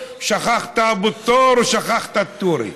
שכחת את אבו תור ושכחת את א-טור.